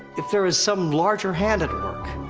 if there is some larger hand at work.